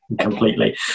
completely